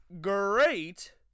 great